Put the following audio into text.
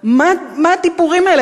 מה הדיבורים האלה?